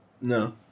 No